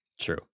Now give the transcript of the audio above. True